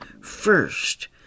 first